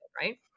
right